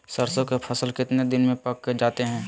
सरसों के फसल कितने दिन में पक जाते है?